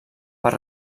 per